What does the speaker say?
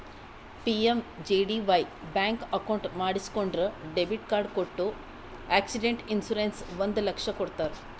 PMJDY bank account ಮಾಡಿಸಿಕೊಂಡ್ರ debit card ಕೊಟ್ಟು accident insurance ಒಂದ್ ಲಕ್ಷ ಕೊಡ್ತಾರ್